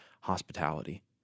hospitality